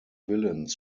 willens